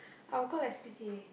I will call S_P_C_A